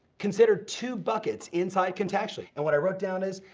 consider two buckets inside contactually, and what i wrote down is,